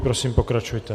Prosím, pokračujte.